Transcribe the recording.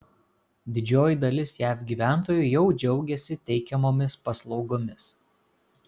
didžioji dalis jav gyventojų jau džiaugiasi teikiamomis paslaugomis